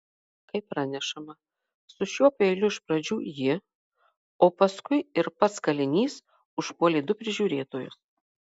kaip pranešama su šiuo peiliu iš pradžių ji o paskui ir pats kalinys užpuolė du prižiūrėtojus